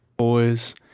boys